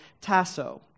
tasso